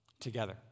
together